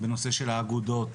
בנושא של האגודות,